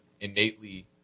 innately